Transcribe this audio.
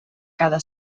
cada